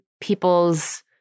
people's